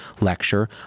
lecture